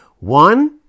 One